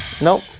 nope